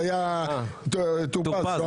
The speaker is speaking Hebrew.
זה היה טור פז.